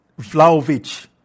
Vlaovic